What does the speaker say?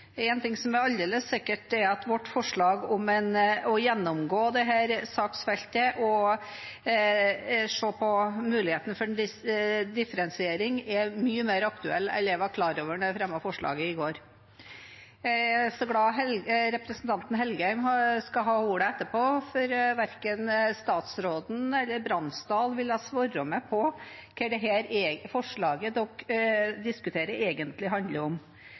En ting som er aldeles sikkert, er at vårt forslag om å gjennomgå dette saksfeltet og se på muligheten for en differensiering, er mye mer aktuelt enn jeg var klar over da jeg fremmet forslaget i går. Jeg er glad for at representanten Engen-Helgheim skal ha ordet etterpå, for verken statsråden eller representanten Bransdal ville svare meg på hva dette forslaget de diskuterer, egentlig handler om.